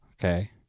okay